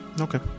Okay